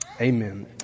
amen